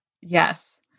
Yes